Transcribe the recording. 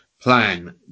plan